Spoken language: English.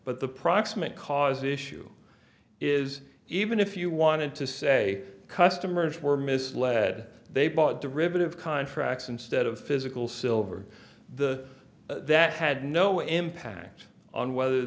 but the proximate cause issue is even if you wanted to say customers were misled they bought derivative contracts instead of physical silver the that had no impact on whether